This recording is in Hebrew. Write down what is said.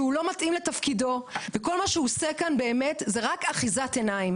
שהוא לא מתאים לתפקידו ושכל מה שהוא עושה זה אחיזת עיניים.